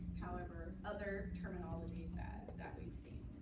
however, other terminologies that that we've seen.